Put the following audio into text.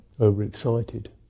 overexcited